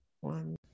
one